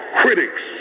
critics